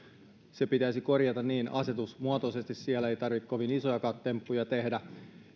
se pitäisi korjata asetusmuotoisesti siellä ei tarvitse kovin isojakaan temppuja tehdä